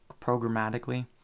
programmatically